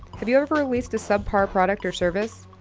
have you ever released a subpar product or service?